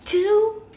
two one one